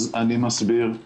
אז אני מסביר: